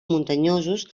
muntanyosos